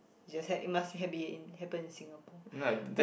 just had it must had been happen in Singapore